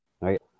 Right